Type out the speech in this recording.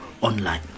online